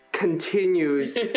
Continues